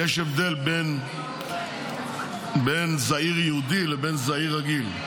כי יש הבדל בין זעיר ייעודי לבין זעיר רגיל.